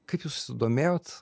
kaip jūs susidomėjot